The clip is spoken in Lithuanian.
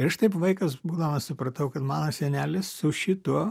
ir aš taip vaikas būdamas supratau kad mano senelis su šituo